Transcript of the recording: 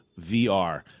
VR